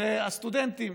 הם הסטודנטים.